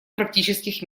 практических